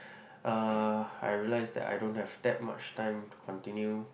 uh I realise that I don't have that much time to continue